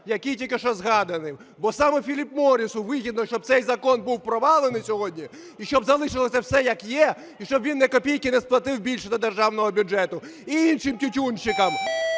який тільки що згаданий, бо саме Філіп Моррісу вигідно, щоб цей закон був провалений сьогодні і щоб залишилося все як є, і щоб він ні копійки не сплатив більше до державного бюджету, і іншим тютюнщикам.